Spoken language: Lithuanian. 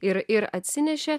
ir ir atsinešė